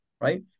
right